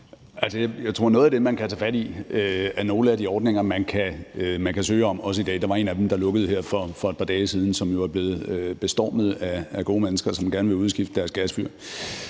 Jeg tror, at noget af det, man kan tage fat i, er nogle af de ordninger, man også i dag kan søge inden for. Der var en af dem, der lukkede her for et par dage siden, og som jo er blevet bestormet af gode mennesker, som gerne vil udskifte deres gasfyr.